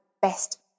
best